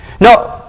Now